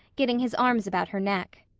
getting his arms about her neck.